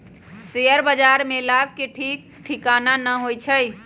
share बाजार में लाभ के ठीक ठिकाना न होइ छइ